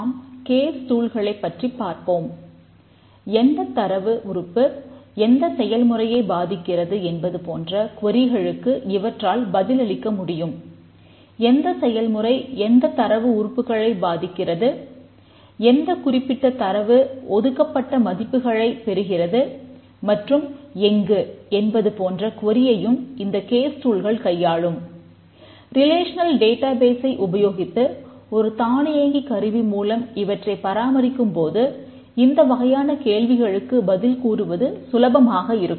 நாம் கேஸ் டூல்களைப் உபயோகித்து ஒரு தானியங்கி கருவி மூலம் இவற்றை பராமரிக்கும்போது இந்த வகையான கேள்விகளுக்கு பதில் கூறுவது சுலபமாக இருக்கும்